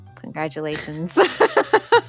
congratulations